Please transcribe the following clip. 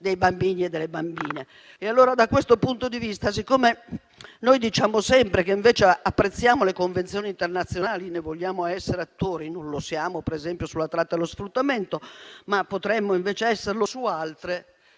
E allora, da questo punto di vista, siccome diciamo sempre che invece apprezziamo le convenzioni internazionali e ne vogliamo essere attori - non lo siamo, per esempio, sulla tratta e lo sfruttamento, ma potremmo invece esserlo su altre